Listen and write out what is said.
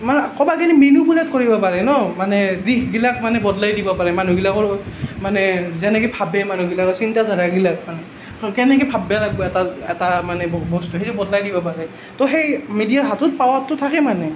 মানে ক'বা গ'লে মেনিপুলেট কৰিব পাৰে ন মানে দিশবিলাক মানে বদলাই দিব পাৰে মানুহবিলাকৰ হৈ মানে যেনেকৈ ভাবে মানুহবিলাকে চিন্তাধাৰাবিলাক কেনেকৈ ভাবিব এটা এটা মানে বস্তু সেইটো বদলাই দিব পাৰে তৌ সেই মিডিয়াৰ হাতত পাৱাৰটো থাকে মানে